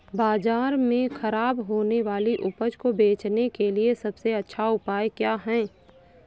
बाज़ार में खराब होने वाली उपज को बेचने के लिए सबसे अच्छा उपाय क्या हैं?